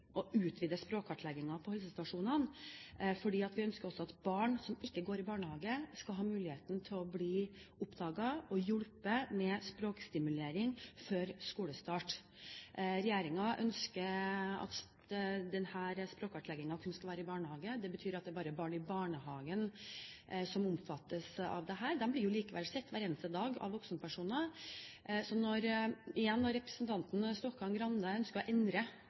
å utvide språkkartleggingen på helsestasjonene, fordi vi ønsker at også barn som ikke går i barnehage, skal ha muligheten til å bli oppdaget og hjulpet med språkstimulering før skolestart. Regjeringen ønsker at denne språkkartleggingen kun skal være i barnehagen. Det betyr at det bare er barn i barnehagen som omfattes av dette. De blir jo likevel sett hver eneste dag av voksenpersoner. Så når en av representantene, Stokkan-Grande, ønsker å endre